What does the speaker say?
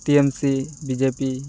TMC BJP